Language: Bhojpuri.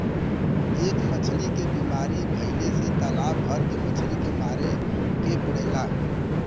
एक मछली के बीमारी भइले से तालाब भर के मछली के मारे के पड़ेला